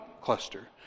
cluster